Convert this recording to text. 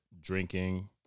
drinking